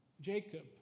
Jacob